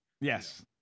yes